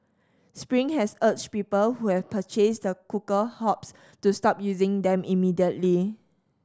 spring has urged people who have purchased the cooker hobs to stop using them immediately